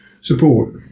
support